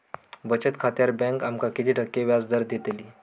बचत खात्यार बँक आमका किती टक्के व्याजदर देतली?